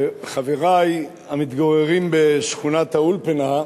חברי המתגוררים בשכונת-האולפנה,